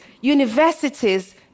universities